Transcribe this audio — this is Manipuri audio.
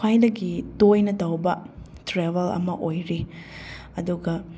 ꯈ꯭ꯋꯥꯏꯗꯒꯤ ꯇꯣꯏꯅ ꯇꯧꯕ ꯇ꯭ꯔꯦꯕꯦꯜ ꯑꯃ ꯑꯣꯏꯔꯤ ꯑꯗꯨꯒ